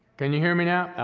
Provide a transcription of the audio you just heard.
can you hear me now? ahh,